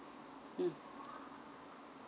mm